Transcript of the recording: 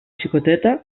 xicoteta